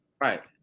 Right